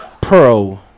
pro